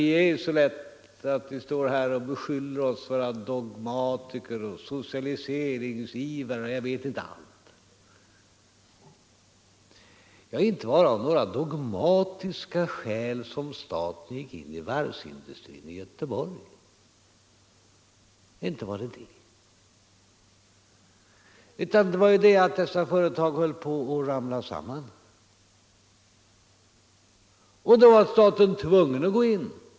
Det är så lätt att stå här och beskylla oss för att vara dogmatiker, för socialiseringsiver och jag vet inte allt, men inte var det av några dogmatiska skäl som staten gick in i varvsindustrin i Göteborg. Inte var det så. Det var för att dessa företag höll på att ramla samman, och då var staten tvungen att gå in.